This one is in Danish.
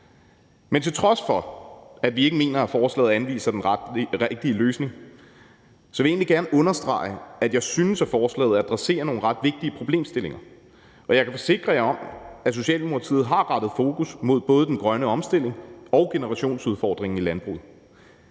Men til trods for at vi ikke mener, at forslaget anviser den rigtige løsning, vil jeg egentlig gerne understrege, at jeg synes, at forslaget adresserer nogle ret vigtige problemstillinger, og jeg kan forsikre jer om, at Socialdemokratiet har rettet fokus mod både den grønne omstilling og generationsudfordringen i landbruget.